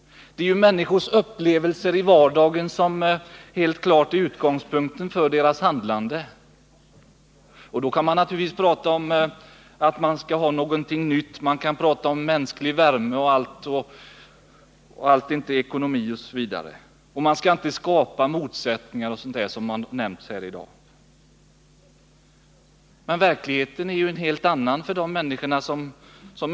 Vad människorna upplever i vardagen är helt klart utgångspunkten för deras handlande. Sedan hjälper det inte att prata om att man skall ha någonting nytt, om mänsklig värme, om att allt inte är ekonomi, om att man inte skall skapa motsättningar, och annat sådant som framförts här i dag. Verkligheten är ju en helt annan för människorna.